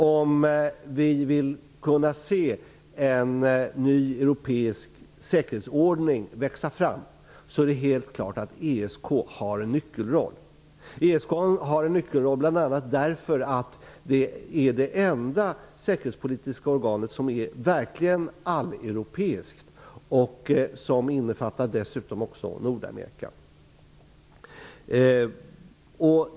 Om vi vill kunna se en ny europeisk säkerhetsordning har ESK helt klart en nyckelroll, bl.a. därför att det är det enda säkerhetspolitiska organet som verkligen är alleuropeiskt och som dessutom innefattar Nordamerika.